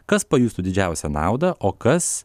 kas pajustų didžiausią naudą o kas